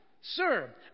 Sir